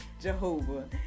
Jehovah